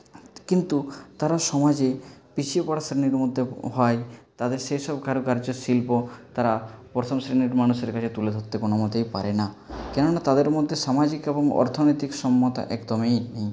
কিন্তু তারা সমাজে পিছিয়ে পড়া শ্রেণীর মধ্যে হয় তাদের সেইসব কারুকার্যের শিল্প তারা প্রথম শ্রেণীর মানুষের কাছে তুলে ধরতে কোনোমতেই পারে না কেননা তাদের মধ্যে সামাজিক এবং অর্থনৈতিক সম্যতা একদমই নেই